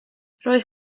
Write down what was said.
roedd